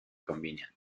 convenient